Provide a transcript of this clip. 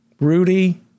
Rudy